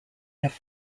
have